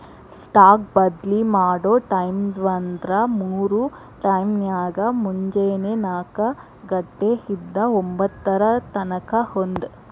stock ಬದ್ಲಿ ಮಾಡೊ ಟೈಮ್ವ್ಂದ್ರ ಮೂರ್ ಟೈಮ್ನ್ಯಾಗ, ಮುಂಜೆನೆ ನಾಕ ಘಂಟೆ ಇಂದಾ ಒಂಭತ್ತರ ತನಕಾ ಒಂದ್